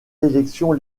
élections